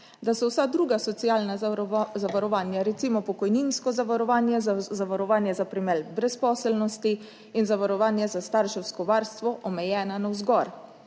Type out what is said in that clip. da so vsa druga socialna zavarovanja, recimo pokojninsko zavarovanje, zavarovanje za primer brezposelnosti in zavarovanje za starševsko varstvo omejena navzgor.